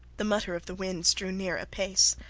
the mutter of the winds drew near apace.